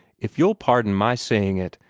if you'll pardon my saying it,